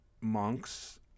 monks